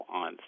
on